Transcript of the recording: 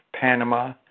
Panama